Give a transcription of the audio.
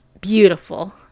beautiful